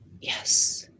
Yes